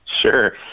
Sure